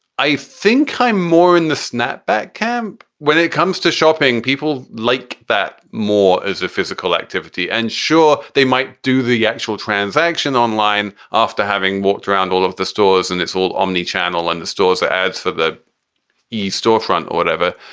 i think i'm more in the snapback camp when it comes to shopping, people like that more as a physical activity. and sure, they might do the actual transaction online after having walked around all of the stores and it's all omnichannel and the stores, the ads for the e store front or whatever,